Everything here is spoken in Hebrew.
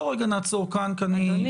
בוא רגע ונעצור כאן כי אני --- אדוני,